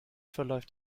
verläuft